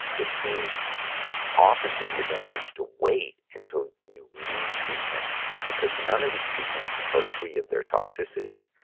it seems often to the advantage to wait until you need treatment because none of these treatments are free of their toxicities.